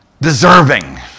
deserving